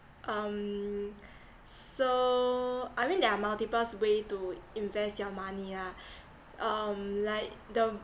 um so I mean there are multiples way to invest your money lah um like the